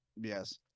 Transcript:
Yes